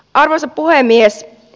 arvoisa puhemies